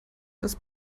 das